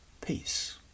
peace